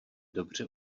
dobře